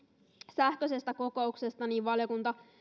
sähköisestä kokouksesta valiokunta